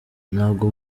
ntabwo